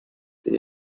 they